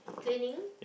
training